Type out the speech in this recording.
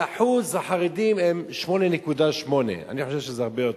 שאחוז החרדים הוא 8.8, אני חושב שזה הרבה יותר,